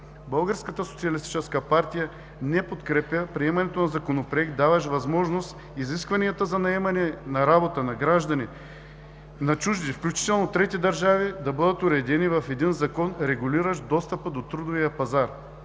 партия не подкрепя приемането на Законопроект, даващ възможност изискванията за наемане на работа на граждани, на чужди, включително от трети държави, да бъдат уредени в закон, регулиращ достъпа до трудовия пазар.